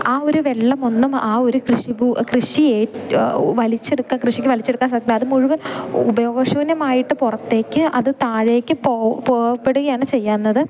ആ ഒരു വെള്ളമൊന്നും ആ ഒരു കൃഷി ഭൂ കൃഷിയെ വലിച്ചെടുക്കാന് കൃഷിക്ക് വലിച്ചെടുക്കാൻ സാധിക്കില്ല അത് മുഴുവൻ ഉപയോഗ ശൂന്യമായിട്ട് പുറത്തേക്ക് അത് താഴേക്ക് പോകപ്പെടുകയാണ് ചെയ്യുന്നത്